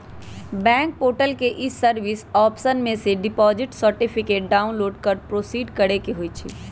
bank portal के e service option में से डिपॉजिट सर्टिफिकेट डाउनलोड कर प्रोसीड करेके होइ छइ